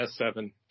S7